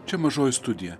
čia mažoji studija